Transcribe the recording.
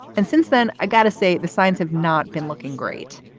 and since then, i gotta say, the signs have not been looking great.